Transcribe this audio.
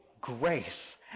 grace